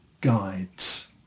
guides